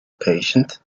patient